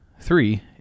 three